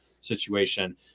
situation